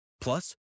Plus